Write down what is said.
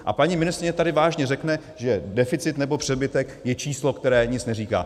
A paní ministryně tady vážně řekne, že deficit nebo přebytek je číslo, které nic neříká.